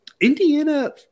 Indiana